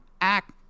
act